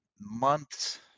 months